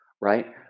Right